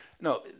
No